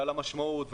על המשמעות,